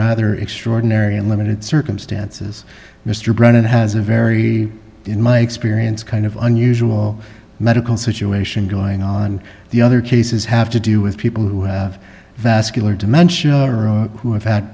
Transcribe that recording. rather extraordinary and limited circumstances mr brennan has a very in my experience kind of unusual medical situation going on the other cases have to do with people who have vascular dementia or who have had